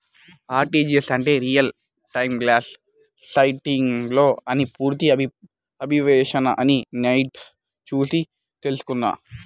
RTGS అంటే real time gross settlement అని పూర్తి అబ్రివేషన్ అని నెట్ చూసి తెల్సుకున్నాను